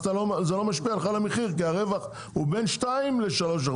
אז זה לא משפיע לך על המחיר כי הרווח הוא בין 2% ל-3%,